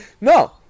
No